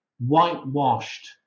whitewashed